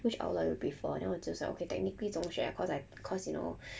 which outlet you prefer then 我就想 okay technically 中学 cause I cause you know